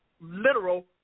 literal